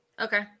Okay